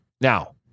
Now